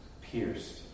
pierced